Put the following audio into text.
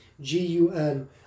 G-U-N